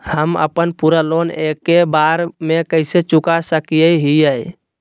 हम अपन पूरा लोन एके बार में कैसे चुका सकई हियई?